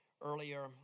earlier